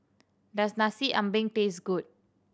does Nasi Ambeng taste good